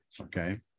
okay